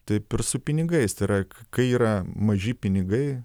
taip ir su pinigais tereik kai yra maži pinigai